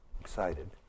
excited